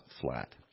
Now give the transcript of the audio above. flat